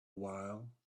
while